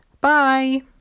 Bye